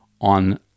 on